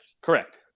correct